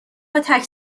کتک